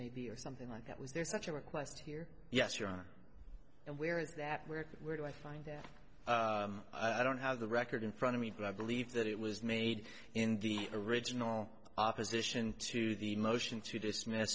may be or something like that was there such a request here yes your honor and where is that where where do i find that i don't have the record in front of me but i believe that it was made in the original opposition to the motion to dismiss